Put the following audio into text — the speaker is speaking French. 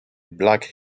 black